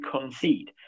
concede